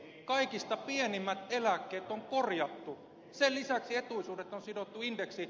kaikista pienimmät eläkkeet on korjattu sen lisäksi etuisuudet on sidottu indeksiin